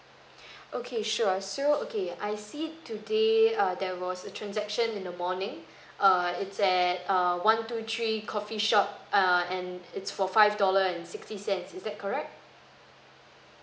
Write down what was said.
okay sure so okay I see today uh there was a transaction in the morning err it's at uh one two three coffee shop err and it's for five dollars and sixty cents is that correct